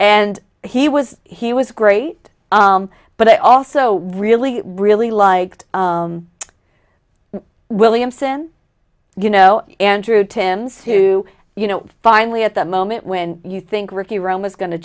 and he was he was great but i also really really liked williamson you know andrew tends to you know finally at the moment when you think ricky rome was going to